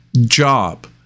job